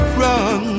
run